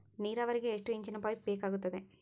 ನೇರಾವರಿಗೆ ಎಷ್ಟು ಇಂಚಿನ ಪೈಪ್ ಬೇಕಾಗುತ್ತದೆ?